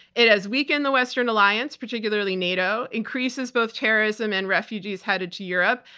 it has weakened the western alliance, particularly nato, increases both terrorism and refugees headed to europe,